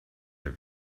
der